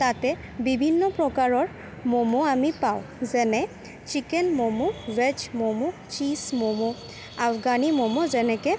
তাতে বিভিন্ন প্ৰকাৰৰ ম'ম' আমি পাওঁ যেনে chicken momo veg momo cheese momo Afghani momo যেনেকৈ